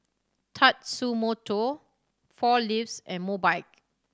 Tatsumoto Four Leaves and Mobike